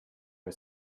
her